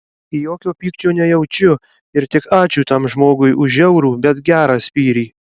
jokio pykčio nejaučiu ir tik ačiū tam žmogui už žiaurų bet gerą spyrį